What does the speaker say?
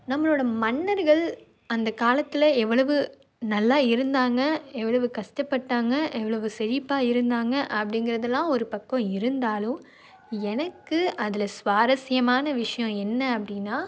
நம்மளோட மன்னர்கள் அந்த காலத்தில் எவ்வளவு நல்லா இருந்தாங்க எவ்வளவு கஷ்டப்பட்டாங்க எவ்வளவு செழிப்பாக இருந்தாங்க அப்படிங்கிறதெல்லாம் ஒரு பக்கம் இருந்தாலும் எனக்கு அதில் சுவாரஸ்யமான விஷயம் என்ன அப்படினா